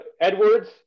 Edwards